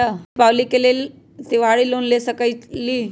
का हम दीपावली के लेल त्योहारी लोन ले सकई?